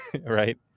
right